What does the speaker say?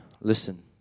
listen